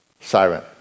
siren